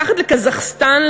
מתחת לקזחסטן,